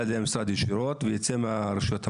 ידי המשרד ישירות ויצא מהרשויות המקומיות,